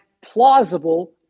plausible